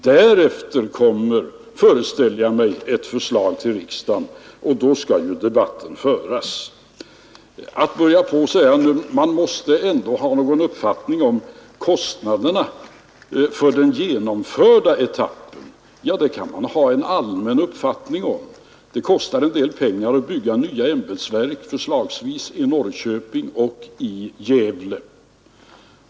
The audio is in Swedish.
Därefter kommer, föreställer jag mig, ett förslag till riksdagen, och då skall debatten föras. Herr Wijkman säger att man måste ändå ha någon uppfattning om kostnaderna för den genomförda etappen. Ja, det kan man ha en allmän uppfattning om. Det kostar å ena sidan en del pengar att bygga nya ämbetsverk, förslagsvis i Norrköping och i Gävle.